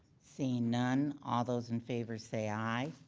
seeing none, all those in favor say aye.